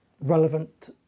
relevant